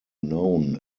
known